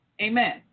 Amen